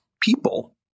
people